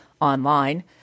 online